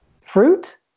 fruit